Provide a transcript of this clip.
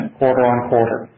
quarter-on-quarter